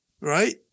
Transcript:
right